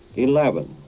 eleven,